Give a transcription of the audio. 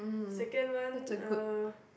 second one uh